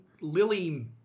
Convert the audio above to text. lily